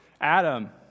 Adam